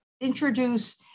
introduce